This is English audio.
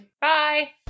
Bye